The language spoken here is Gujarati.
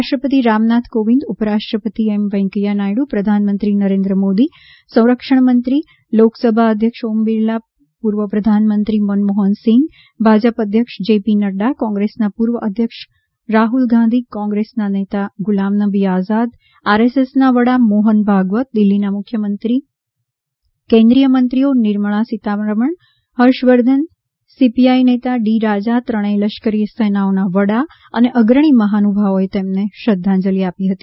રાષ્ટ્રપતિ રામ નાથ કોવિંદ ઉપરાષ્ટ્રપતિ એમ વેંકૈયા નાથડુ પ્રધાનમંત્રી નરેન્દ્ર મોદી સંરક્ષણ મંત્રી રાજનાથ સિંહ લોકસભા અધ્યક્ષ ઓમ બિરલા પૂર્વ પ્રધાનમંત્રી મનમોફન સિંઘ ભાજપ અધ્યક્ષ જેપી નડ્ડા કોંગ્રેસના પૂર્વ અધ્યક્ષ રાહ્લ ગાંધી કોંગ્રેસ નેતા ગુલામ નબી આઝાદ આરએસએસના વડા મોફન ભાગવત દિલ્ફીના મુખ્યમંત્રી અરવિંદ કેજરીવાલ કેન્દ્રીયમંત્રીઓ નિર્મળા સીતારમણ અને હર્ષ વર્ધન સીપીઆઇ નેતા ડી રાજા ત્રણેય લશ્કરી સેનાઓના વડા અને અગ્રણી મહાનુભાવોએ તેમને શ્રદ્ધાંજલિ આપી હતી